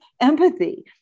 empathy